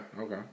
okay